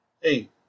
hey